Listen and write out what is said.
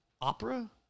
opera